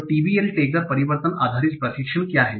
तो TBL tagger परिवर्तन आधारित शिक्षण क्या है